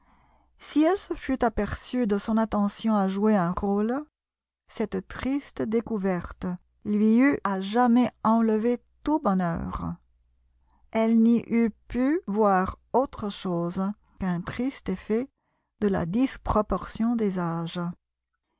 si elle se fût aperçue de son attention à jouer un rôle cette triste découverte lui eût à jamais enlevé tout bonheur elle n'y eût pu voir autre chose qu'un triste effet de la disproportion des âges